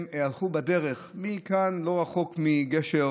הם הלכו בדרך מכאן, לא רחוק מגשר